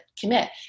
commit